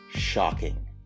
Shocking